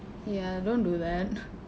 ya don't do then